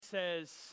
says